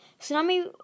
Tsunami